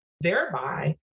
thereby